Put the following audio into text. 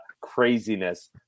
craziness